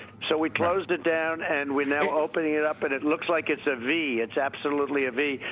so we closed it down, and we're now opening it up, and it looks like it's a v. it's absolutely a v.